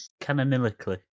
Canonically